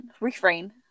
Refrain